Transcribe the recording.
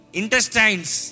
intestines